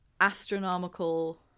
astronomical